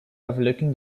overlooking